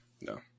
no